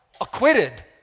Acquitted